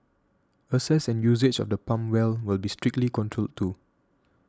access and usage of the pump well will be strictly controlled too